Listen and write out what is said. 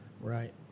Right